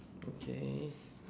okay